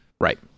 Right